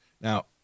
Now